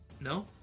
No